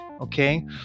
okay